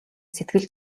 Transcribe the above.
сэтгэл